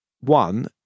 one